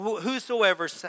whosoever